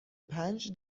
پنج